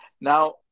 Now